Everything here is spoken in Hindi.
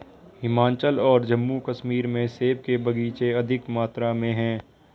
हिमाचल और जम्मू कश्मीर में सेब के बगीचे अधिक मात्रा में है